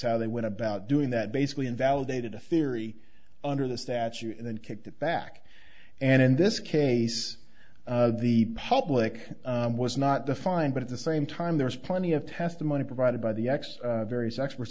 how they went about doing that basically invalidated a theory under the statute and then kicked it back and in this case the public was not defined but at the same time there's plenty of testimony provided by the ex various experts